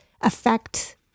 affect